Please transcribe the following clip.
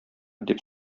дип